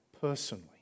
personally